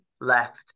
left